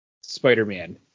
spider-man